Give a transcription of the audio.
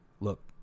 look